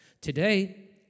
Today